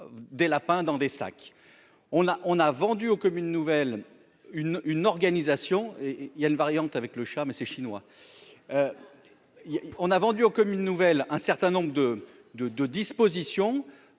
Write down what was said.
des lapins dans des sacs, on a, on a vendu aux communes nouvelles une une organisation et il y a une variante avec le chat, mais ces chinois il y a, on a vendu aux comme une nouvelle, un certain nombre de, de, de dispositions